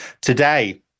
today